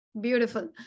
Beautiful